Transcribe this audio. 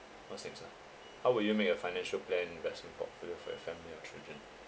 what's next ah how would you make a financial plan investment portfolio for your family and children